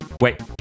Wait